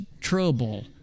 trouble